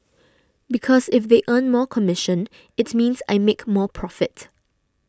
because if they earn more commission it means I make more profit